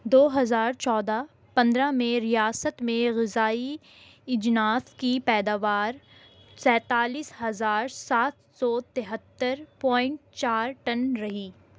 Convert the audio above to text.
دو ہزار چودہ پندرہ میں ریاست میں غذائی اجناس کی پیداوار سینتالیس ہزار سات سو تہتر پوائنٹ چار ٹن رہی